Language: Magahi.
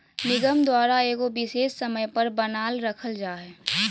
निगम द्वारा एगो विशेष समय पर बनाल रखल जा हइ